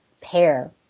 pair